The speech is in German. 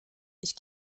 ich